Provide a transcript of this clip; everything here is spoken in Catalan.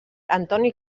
antoni